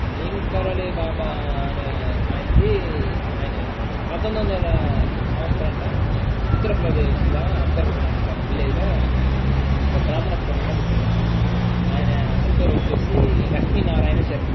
neem Karoli Baba అనే ఆయనది ఆయన పంతొమ్మిది వందల సంవత్సరంలో ఉత్తరప్రదేశ్లో అక్బర్పూర్ అనె ఒక విలేజలో ఒక బ్రాహ్మణ కుటుంబంలో పుట్టాడు ఆయన అసలు పేరు వచ్చేసి లక్ష్మీ నారాయణ శర్మ